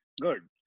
good